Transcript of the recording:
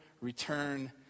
return